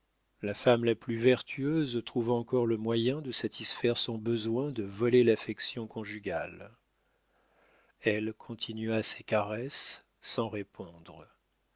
la femme la plus vertueuse trouve encore le moyen de satisfaire son besoin de voler l'affection conjugale elle continua ses caresses sans répondre